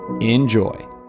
Enjoy